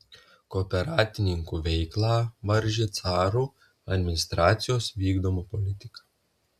kooperatininkų veiklą varžė caro administracijos vykdoma politika